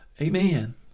amen